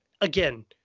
again